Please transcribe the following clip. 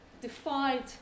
defied